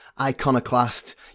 iconoclast